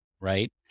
right